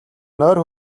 нойр